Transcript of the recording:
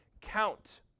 count